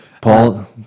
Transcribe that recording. Paul